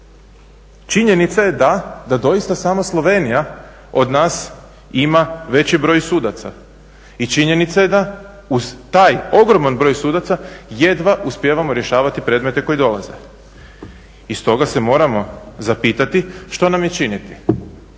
Činjenica je da doista samo Slovenija od nas ima veći broj sudaca. I činjenica je da uz taj ogroman broj sudaca jedva uspijevamo rješavati predmete koji dolaze. I stoga se moramo zapitati što nam je činiti.